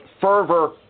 fervor